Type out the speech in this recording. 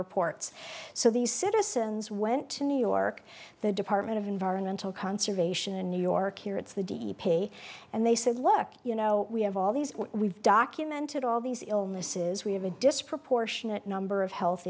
reports so these citizens went to new york the department of environmental conservation in new york here it's the pay and they said look you know we have all these we've documented all these illnesses we have a disproportionate number of health